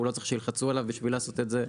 הוא לא צריך שילחצו עליו בשביל לעשות את זה,